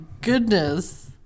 goodness